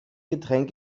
getränk